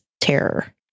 terror